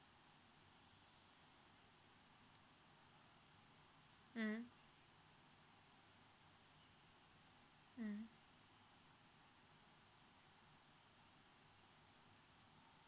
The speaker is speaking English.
mmhmm mmhmm